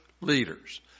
leaders